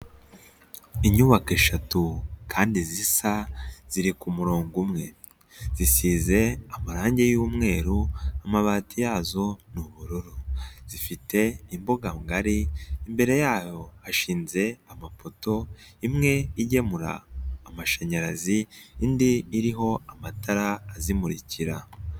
Inyubako eshatu kandi zisa ziri ku murongo umwe, zisize amarange y'umweru, amabati yazo ni ubururu, zifite imbuga ngari, imbere yayo ashinze amapoto, imwe igemura amashanyarazi indi iriho amatara azimurikira.